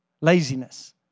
laziness